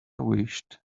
wished